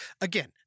Again